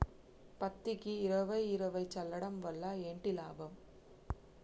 పత్తికి ఇరవై ఇరవై చల్లడం వల్ల ఏంటి లాభం?